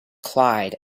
clyde